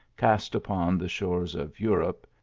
cast upon the shores of europe,